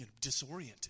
disoriented